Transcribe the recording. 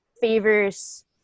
favors